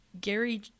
Gary